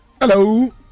Hello